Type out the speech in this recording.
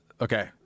okay